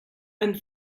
and